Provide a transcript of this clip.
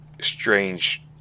strange